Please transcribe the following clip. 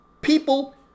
people